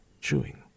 chewing